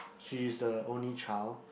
she is the only child